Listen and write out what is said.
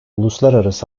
uluslararası